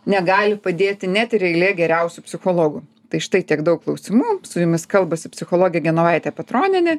negali padėti net ir eilė geriausių psichologų tai štai tiek daug klausimų su jumis kalbasi psichologė genovaitė petronienė